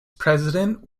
president